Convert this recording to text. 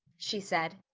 she said.